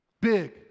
Big